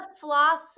floss